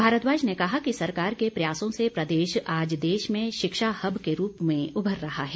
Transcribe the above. भारद्वाज ने कहा कि सरकार के प्रयासों से प्रदेश आज देश में शिक्षा हब के रूप में उभर रहा है